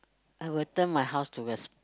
I will turn my house towards